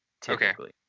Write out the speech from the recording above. technically